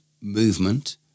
movement